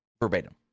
verbatim